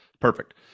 Perfect